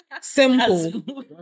Simple